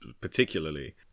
particularly